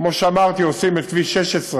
כמו שאמרתי, עושים את כביש 16,